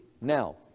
Now